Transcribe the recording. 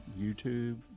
YouTube